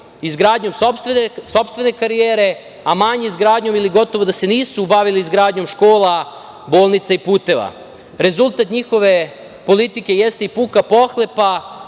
izgradnjom sopstvene karijere, a manje izgradnjom ili gotovo da se nisu bavili izgradnjom škola, bolnica i puteva. Rezultat njihove politike jeste i puka pohlepa,